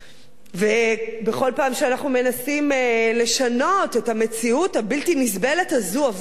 ובכל פעם שאנחנו מנסים לשנות את המציאות הבלתי-נסבלת הזו עבורנו,